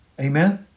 Amen